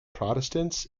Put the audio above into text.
protestants